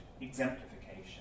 exemplification